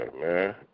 man